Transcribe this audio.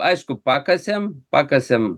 aišku pakasėm pakasėm